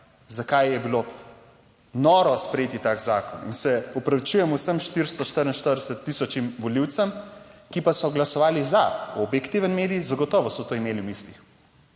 zakaj je bilo noro sprejeti tak zakon, in se opravičujem vsem 444000 volivcem, ki pa so glasovali za objektiven medij, zagotovo so to imeli v mislih,